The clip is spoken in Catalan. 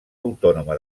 autònoma